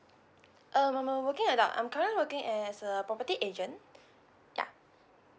uh I'm a working adult I'm currently working as a property agent ya